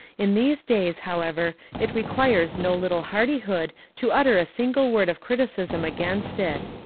in these days, however, it requires no little hardihood to utter a single word of criticism against it.